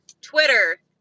Twitter